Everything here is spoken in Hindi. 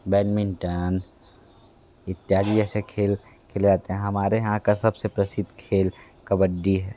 बैडमिंटन इत्यादि ऐसे खेल खेले जाते हैं हमारे यहाँ का सब से प्रसिद्ध खेल कबड्डी है